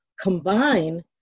combine